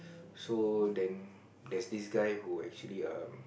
so then there's this guy who actually um